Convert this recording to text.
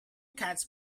catch